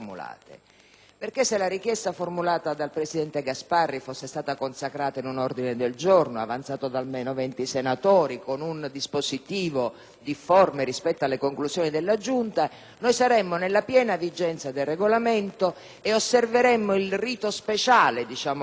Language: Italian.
Se la richiesta avanzata dal senatore Gasparri fosse stata consacrata in un ordine del giorno, presentato da almeno venti senatori, con un dispositivo difforme rispetto alle conclusioni della Giunta, saremmo nella piena vigenza del Regolamento e osserveremmo il rito speciale - diciamo così